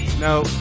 No